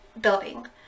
building